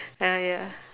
ya ya